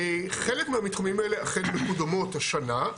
וחלק מהמתחמים האלה אכן מקודמות השנה.